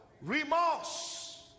remorse